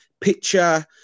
picture